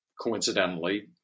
coincidentally